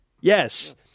Yes